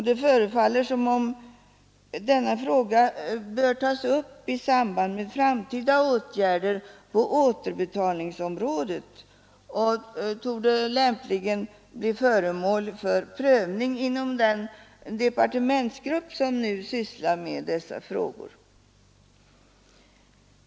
Det förefaller som om denna fråga bör tas upp i samband med framtida åtgärder på återbetalningsområdet och lämpligen torde blir föremål för prövning inom den departe mentsgrupp som nu sysslar med dessa frågor.